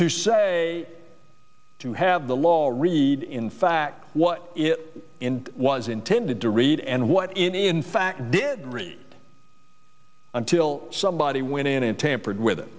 to say to have the law read in fact what it was intended to read and what it in fact did until somebody went in and tampered with it